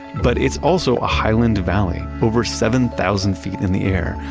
but it's also a highland valley over seven thousand feet in the air,